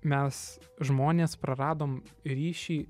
mes žmonės praradom ryšį